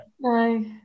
No